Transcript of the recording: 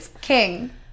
King